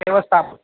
सर्वे व्यवस्थापि